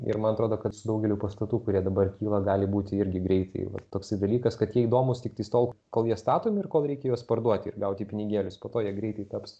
ir man atrodo kad su daugeliu pastatų kurie dabar kyla gali būti irgi greitai va toksai dalykas kad jie įdomūs tiktais tol kol jie statomi ir kol reikia juos parduoti ir gauti pinigėlius po to jie greitai taps